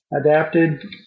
adapted